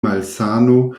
malsano